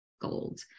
gold